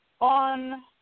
on